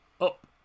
up